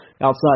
outside